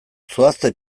zoazte